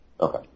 Okay